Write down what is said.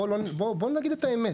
בואו נגיד את האמת